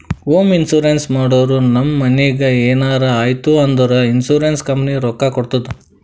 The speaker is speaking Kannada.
ಹೋಂ ಇನ್ಸೂರೆನ್ಸ್ ಮಾಡುರ್ ನಮ್ ಮನಿಗ್ ಎನರೇ ಆಯ್ತೂ ಅಂದುರ್ ಇನ್ಸೂರೆನ್ಸ್ ಕಂಪನಿ ರೊಕ್ಕಾ ಕೊಡ್ತುದ್